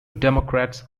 democrats